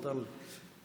מותר לי.